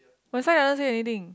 my sign doesn't say anything